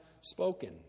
spoken